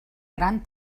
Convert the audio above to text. gran